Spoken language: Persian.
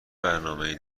برنامهای